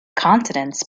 continents